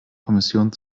kommission